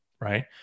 right